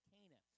Cana